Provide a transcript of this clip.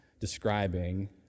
describing